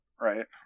right